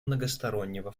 многостороннего